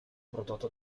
prodotto